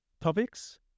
topics